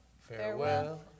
farewell